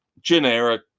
generic